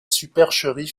supercherie